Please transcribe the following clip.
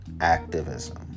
activism